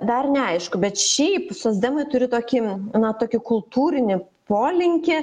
dar neaišku bet šiaip socdemai turi tokį na tokį kultūrinį polinkį